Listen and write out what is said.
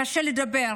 קשה לדבר,